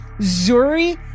Zuri